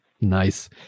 Nice